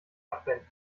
abwenden